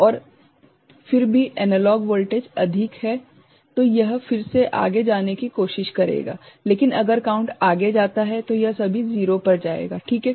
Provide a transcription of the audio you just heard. और फिर भी एनालॉग वोल्टेज अधिक है तो यह फिर से आगे जाने की कोशिश करेगा लेकिन अगर काउंटर आगे जाता है तो यह सभी 0 पर जाएगा ठीक है